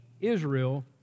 Israel